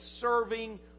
serving